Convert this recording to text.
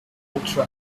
ultra